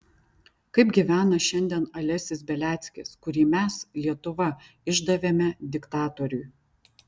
kaip gyvena šiandien alesis beliackis kurį mes lietuva išdavėme diktatoriui